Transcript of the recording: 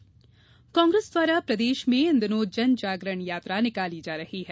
जनजागरण यात्रा कांग्रेस द्वारा प्रदेश में इन दिनों जनजागरण यात्रा निकाली जा रही है